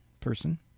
person